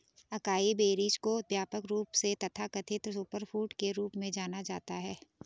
acai berries को व्यापक रूप से तथाकथित सुपरफूड के रूप में जाना जाता है